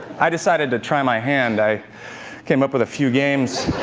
i decided to try my hand. i came up with a few games.